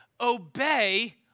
obey